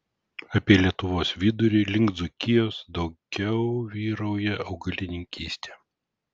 apie lietuvos vidurį link dzūkijos daugiau vyrauja augalininkystė